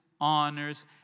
honors